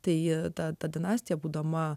tai juda ta dinastija būdama